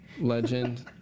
legend